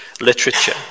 literature